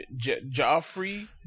Joffrey